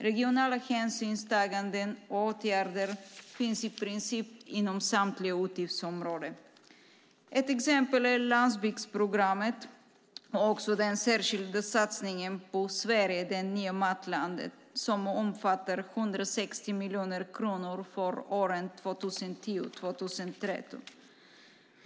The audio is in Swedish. Regionala hänsynstaganden och åtgärder finns i princip inom samtliga utgiftsområden. Ett exempel är landsbygdsprogrammet och den särskilda satsningen på Sverige - det nya matlandet, som omfattar 160 miljoner kronor för åren 2010-2013.